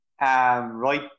right